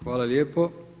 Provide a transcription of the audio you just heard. Hvala lijepo.